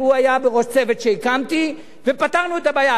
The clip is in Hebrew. והוא היה בראש צוות שהקמתי, ופתרנו את הבעיה.